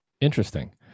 Interesting